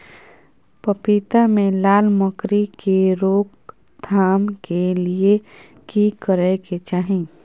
पपीता मे लाल मकरी के रोक थाम के लिये की करै के चाही?